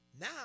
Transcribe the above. Now